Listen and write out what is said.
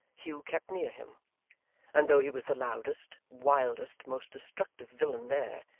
hugh kept near him and though he was the loudest, wildest, most destructive villain there,